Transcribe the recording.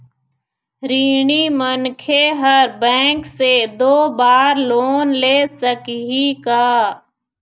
ऋणी मनखे हर बैंक से दो बार लोन ले सकही का?